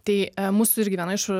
tai a mūsų irgi viena iš